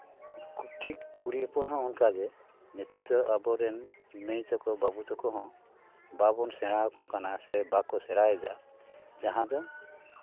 ᱴᱷᱤᱠ ᱠᱩᱲᱤ ᱦᱚᱯᱚᱱ ᱦᱚᱸ ᱚᱱᱠᱟᱜᱮ ᱱᱮᱛᱟᱨ ᱫᱚ ᱟᱵᱚ ᱨᱮᱱ ᱢᱟᱹᱭ ᱛᱟᱠᱚ ᱵᱟᱹᱵᱩ ᱛᱟᱠᱚ ᱦᱚᱸ ᱵᱟᱵᱚᱱ ᱥᱮᱬᱟᱣᱟᱠᱚ ᱠᱟᱱᱟ ᱥᱮ ᱵᱟᱠᱚ ᱥᱮᱬᱟᱭᱮᱫᱟ ᱡᱟᱦᱟᱸ ᱫᱚ